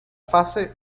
fase